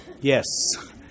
Yes